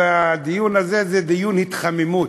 הדיון הזה זה דיון התחממות,